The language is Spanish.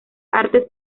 artes